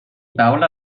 paula